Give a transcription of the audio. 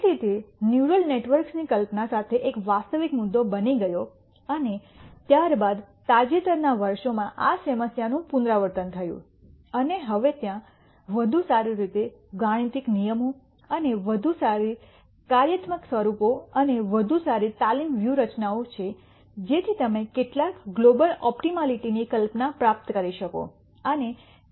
તેથી તે ન્યુરલ નેટવર્ક્સની કલ્પના સાથે એક વાસ્તવિક મુદ્દો બની ગયો અને ત્યારબાદ તાજેતરના વર્ષોમાં આ સમસ્યાનું પુનરાવર્તન થયું અને હવે ત્યાં વધુ સારી રીતે ગાણિતીક નિયમો અને વધુ સારી કાર્યાત્મક સ્વરૂપો અને વધુ સારી તાલીમ વ્યૂહરચનાઓ છે જેથી તમે કેટલાક ગ્લોબલ ઓપ્ટીમાલીટીની કલ્પના પ્રાપ્ત કરી શકો